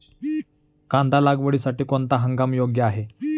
कांदा लागवडीसाठी कोणता हंगाम योग्य आहे?